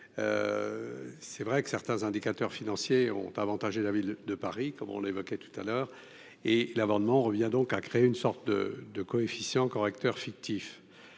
c'est vrai que certains indicateurs financiers ont avantagé la ville de Paris comme on l'évoquait tout à l'heure et l'amendement revient donc à créer une sorte de de coefficient correcteur fictif,